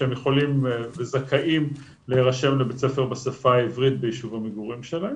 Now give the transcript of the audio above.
שהם יכולים וזכאים להירשם לבית ספר בשפה העברית ביישוב המגורים שלהם.